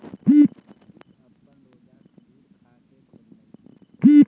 बिलकिश अप्पन रोजा खजूर खा के खोललई